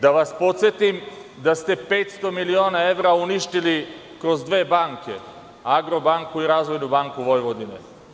Da vas podsetim da ste 500 miliona evra uništili kroz dve banke, Agrobanku i Razvojnu banku Vojvodine.